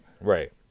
right